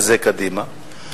כי זה קדימה.